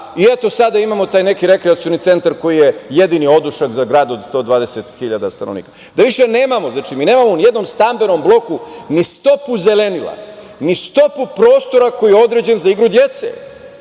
Sada imamo taj neki rekreacioni centar koji je jedini odušak za grad od 120.000 stanovnika. Mi nemamo ni u jednom stambenom bloku ni stopu zelenila, ni stopu prostora koji je određen za igru dece. Molim